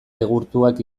egurtuak